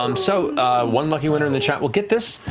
um so one lucky winner in the chat will get this.